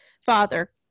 father